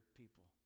people